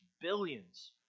billions